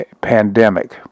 pandemic